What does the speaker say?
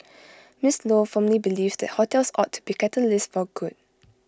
miss lo firmly believes that hotels ought to be catalysts for good